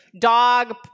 dog